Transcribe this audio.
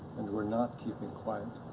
and we're not keeping quiet.